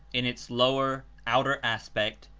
in its lower, outer aspect.